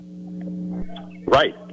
Right